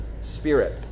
spirit